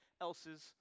else's